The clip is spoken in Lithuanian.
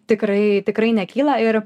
tikrai tikrai nekyla ir